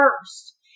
first